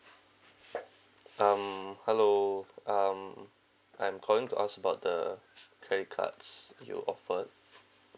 um hello um I'm calling to ask about the credit cards you offered